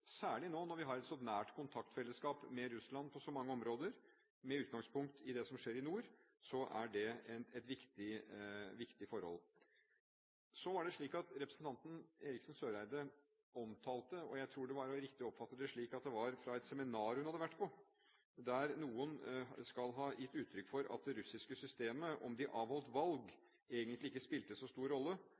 Særlig nå, når vi har et så nært kontaktfellesskap med Russland på så mange områder, med utgangspunkt i det som skjer i nord, er det et viktig forhold. Så til noe representanten Eriksen Søreide omtalte, og jeg tror det er riktig å oppfatte det slik at det var fra et seminar hun hadde vært på, der noen skal ha gitt uttrykk for om det russiske systemet, at om de avholdt valg egentlig ikke spilte så stor rolle,